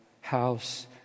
house